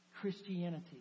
Christianity